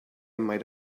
might